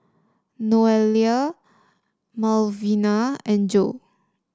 Noelia Malvina and Jo